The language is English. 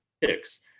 picks